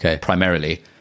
primarily